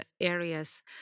areas